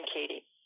Katie